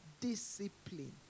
discipline